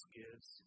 gives